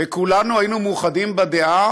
וכולנו היינו מאוחדים בדעה